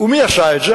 ומי עשה את זה?